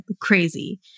crazy